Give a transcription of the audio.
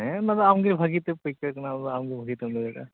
ᱦᱮᱸ ᱚᱱᱟ ᱫᱚ ᱟᱢᱜᱮ ᱵᱷᱟᱹᱜᱤᱛᱮ ᱯᱟᱹᱭᱠᱟᱹᱨ ᱠᱟᱱᱟᱢ ᱟᱢ ᱜᱮ ᱵᱷᱟᱹᱜᱤᱛᱮᱢ ᱞᱟᱹᱭ ᱫᱟᱲᱮᱭᱟᱜᱼᱟ